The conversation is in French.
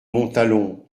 montalon